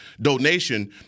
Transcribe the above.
donation